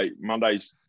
Monday's